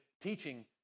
teaching